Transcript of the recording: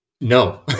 No